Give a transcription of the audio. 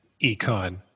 econ